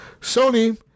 Sony